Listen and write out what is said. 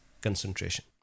concentration